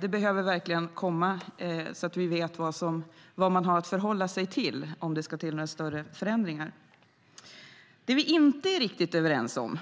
Det behöver verkligen komma så att vi vet vad man har att förhålla sig till om det ska till några större förändringar. Det vi inte är riktigt överens om,